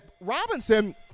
Robinson